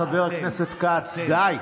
חבר הכנסת כץ, די.